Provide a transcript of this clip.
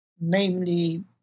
namely